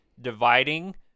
dividing